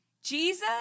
Jesus